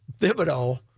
Thibodeau